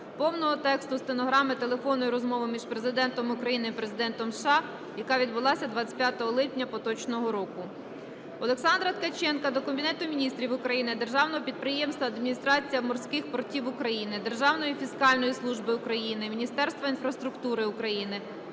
повного тексту стенограми телефонної розмови між Президентом України і Президентом США, яка відбулась 25 липня поточного року. Олександра Ткаченка до Кабінету Міністрів України, Державного підприємства "Адміністрація морських портів України", Державної фіскальної служби України, Міністерства інфраструктури України,